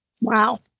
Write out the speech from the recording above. Wow